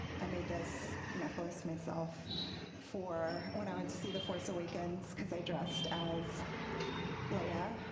i made this necklace myself for when i went to see the force awakens because i dressed as leia,